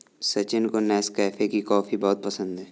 सचिन को नेस्कैफे की कॉफी बहुत पसंद है